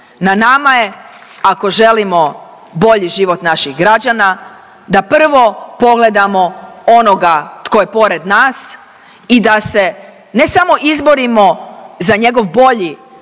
Na nama je ako želimo bolji život naših građana da prvo pogledamo onoga tko je pored nas i da se ne samo izborimo za njegov bolji